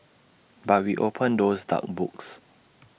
but we opened those dark books